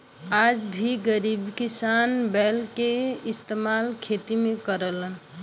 आज भी गरीब किसान बैल के इस्तेमाल खेती में करलन